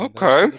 Okay